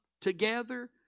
together